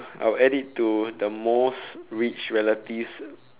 I will add it to the most rich relative's